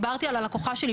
דיברתי על לקוחה שלי,